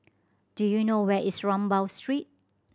do you know where is Rambau Street